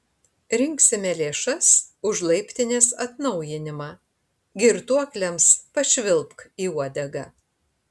rinksime lėšas už laiptinės atnaujinimą girtuokliams pašvilpk į uodegą